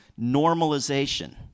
normalization